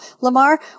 Lamar